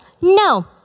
no